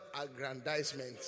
aggrandizement